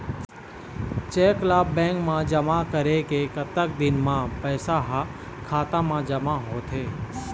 Cheque ला bank मा जमा करे के कतक दिन मा पैसा हा खाता मा जमा होथे थे?